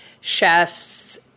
chefs